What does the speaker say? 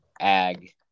ag